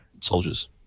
Soldiers